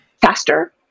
faster